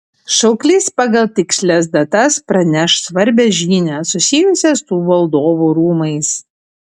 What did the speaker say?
šauklys pagal tikslias datas praneš svarbią žinią susijusią su valdovų rūmais